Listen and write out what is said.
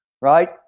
right